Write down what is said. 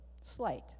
slight